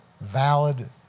valid